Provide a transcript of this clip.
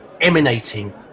emanating